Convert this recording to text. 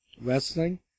Wrestling